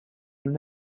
non